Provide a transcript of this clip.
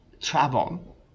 travel